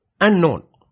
Unknown